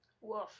Woof